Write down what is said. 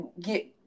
get